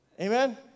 Amen